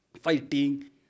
Fighting